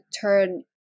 turn